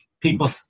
People